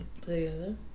together